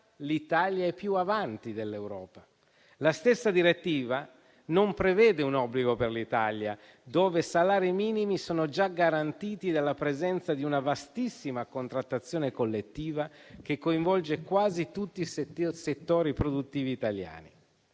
l'Italia è più avanti dell'Europa. La stessa direttiva non prevede un obbligo per l'Italia, dove i salari minimi sono già garantiti dalla presenza di una vastissima contrattazione collettiva che coinvolge quasi tutti i settori produttivi italiani.